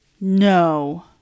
no